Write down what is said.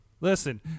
Listen